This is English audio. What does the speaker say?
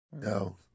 No